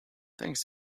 thanks